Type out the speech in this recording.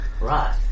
right